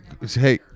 Hey